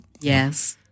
Yes